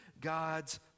God's